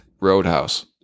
Roadhouse